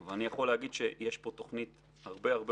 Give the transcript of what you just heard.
אבל אני יכול להגיד שיש פה תוכנית הרבה יותר